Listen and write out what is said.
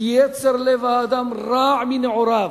כי יצר לב האדם רע מנעוריו,